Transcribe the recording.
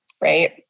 right